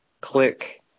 click